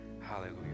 Hallelujah